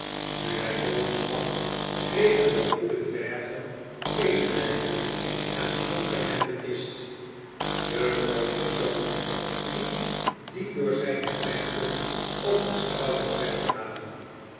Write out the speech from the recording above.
nu hij zoo sprak kregen de goede dwergen medelijden en schonken hem de kist de koningszoon liet die door zijne knechten op de schouders wegdragen